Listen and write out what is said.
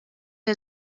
que